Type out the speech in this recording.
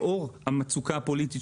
לאור המצוקה הפוליטית